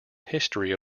history